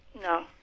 no